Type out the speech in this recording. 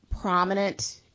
prominent